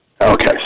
Okay